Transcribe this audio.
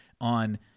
on